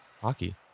hockey